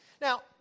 Now